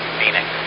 Phoenix